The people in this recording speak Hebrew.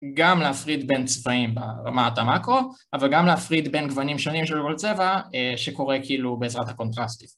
גם להפריד בין צבעים ברמת המאקרו, אבל גם להפריד בין גוונים שונים של כל צבע שקורה בעזרת הקונטרסט.